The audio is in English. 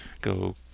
go